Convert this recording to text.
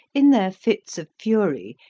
in their fits of fury,